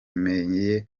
meya